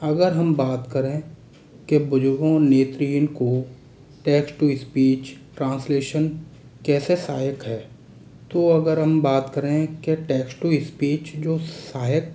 अगर हम बात करें कि बुज़ुर्गों नेत्रहीन को टैक्सट टू इस्पीच ट्रांसलेशन कैसे सहायक है तो अगर हम बात करें की टैक्सट टू इस्पीच जो सहायक